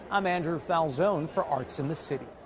i'm andrew falzon for arts in the city.